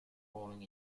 falling